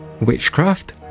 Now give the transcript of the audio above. Witchcraft